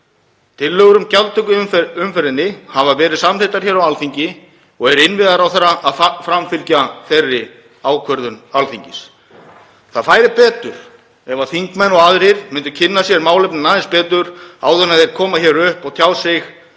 Tillögur um gjaldtöku í umferðinni hafa verið samþykktar hér á Alþingi og er innviðaráðherra að framfylgja þeirri ákvörðun Alþingis. Það færi betur ef þingmenn og aðrir myndu kynna sér málefnin aðeins betur áður en þeir koma hingað upp og tjá sig